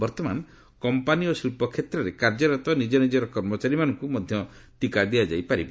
ବର୍ତ୍ତମାନ କମ୍ପାନୀ ଓ ଶିଳ୍ପ କ୍ଷେତ୍ରରେ କାର୍ଯ୍ୟରତ ନିଜ ନିଜର କର୍ମଚାରୀମାନଙ୍କୁ ମଧ୍ୟ ଟିକା ଦିଆଯାଇ ପାରିବ